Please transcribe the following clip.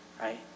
Right